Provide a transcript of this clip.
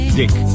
dick